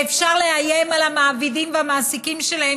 ואפשר לאיים על המעבידים והמעסיקים שלהם